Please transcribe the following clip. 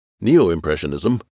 Neo-Impressionism